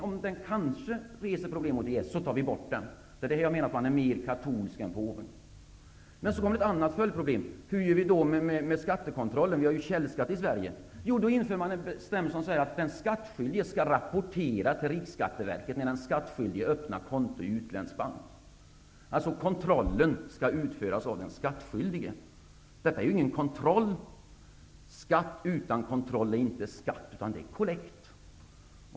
Om den reser problem mot EES, tar vi bort den. Det är här jag menar att man är mer katolsk än påven. Men så kommer ett annat följdproblem. Hur gör vi då med skattekontrollen? Vi har ju källskatt i Sverige. Då inför man en bestämmelse som säger att den skattskyldige skall rapportera till Riksskatteverket när den skattskyldige öppnar konto i utländsk bank. Kontrollen skall alltså utföras av den skattskyldige. Detta är ju ingen kontroll. Skatt utan kontroll är inte skatt, utan kollekt.